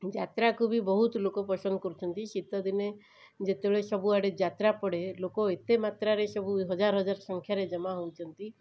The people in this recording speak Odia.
ଯାତ୍ରାକୁ ବି ବହୁତ ଲୋକ ପସନ୍ଦ କରୁଛନ୍ତି ଶୀତଦିନେ ଯେତେବେଳେ ସବୁଆଡ଼େ ଯାତ୍ରା ପଡ଼େ ଲୋକ ଏତେ ମାତ୍ରାରେ ସବୁ ହଜାର ହଜାର ସଂଖ୍ୟାରେ ଜମା ହୋଇଛନ୍ତି